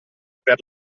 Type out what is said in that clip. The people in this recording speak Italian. per